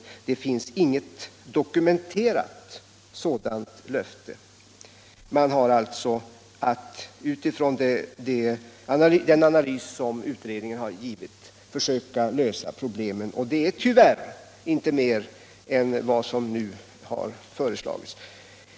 Det finns inget dokumenterat sådant löfte. Man har alltså att utifrån den analys som utredningen har gjort försöka lösa problemet, och det är tyvärr inte mer än vad som har föreslagits.